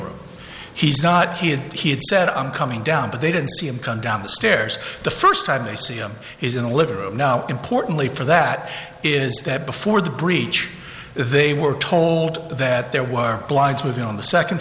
room he's not here he said i'm coming down but they didn't see him come down the stairs the first time they see him he's in the living room now importantly for that is that before the breach they were told that there were blinds moving on the second